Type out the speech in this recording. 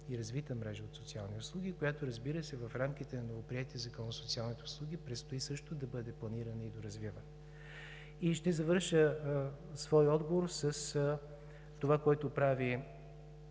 и развита мрежа от социални услуги, която, разбира се, в рамките на новоприетия Закон за социалните услуги предстои също да бъде планирана и доразвивана. Ще завърша своя отговор с това, което прави